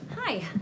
Hi